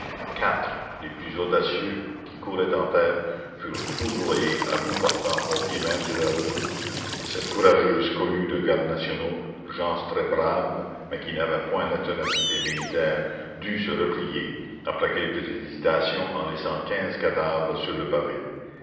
quatre les plus audacieux qui couraient en tête furent foudroyés à bout portant au pied même de la redoute et cette courageuse cohue de gardes nationaux gens très braves mais qui n'avaient point la ténacité militaire dut se replier après quelque hésitation en laissant quinze cadavres sur le pavé